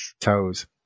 Toes